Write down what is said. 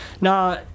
Now